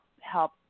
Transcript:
help